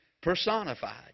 personified